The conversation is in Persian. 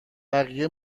بقیه